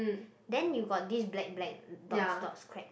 then you got this black black dots dots cracks